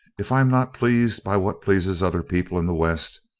if i'm not pleased by what pleases other people in the west,